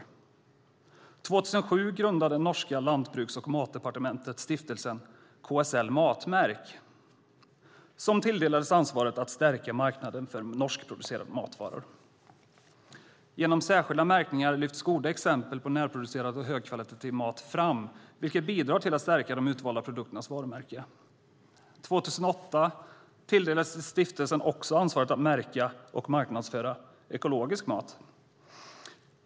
År 2007 grundade det norska Lantbruks och matdepartementet stiftelsen KSL Matmerk, som tilldelades ansvaret för att stärka marknaden för norskproducerade matvaror. Genom särskilda märkningar lyfts goda exempel på närproducerad och högkvalitativ mat fram, vilket bidrar till att stärka de utvalda produkternas varumärke. År 2008 tilldelades stiftelsen också ansvaret för att märka och marknadsföra ekologisk mat.